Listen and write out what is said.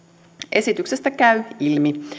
esityksestä käy ilmi